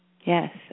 Yes